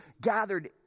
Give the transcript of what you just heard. gathered